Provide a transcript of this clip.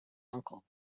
uncle